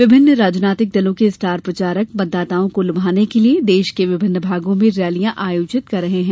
विभिन्न राजनीतिक दलों के स्टॉर प्रचारक मतदाताओं को लुभाने के लिए देश के विभिन्न भागों में रैलियां आयोजित कर रहे हैं